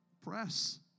Press